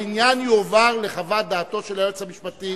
העניין יועבר לחוות דעתו של היועץ המשפטי.